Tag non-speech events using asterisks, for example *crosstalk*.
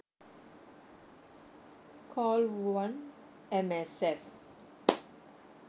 call one M_S_F *noise*